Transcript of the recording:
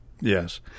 Yes